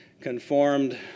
conformed